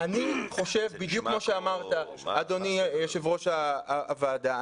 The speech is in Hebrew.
אדוני יושב-ראש הוועדה,